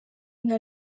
nka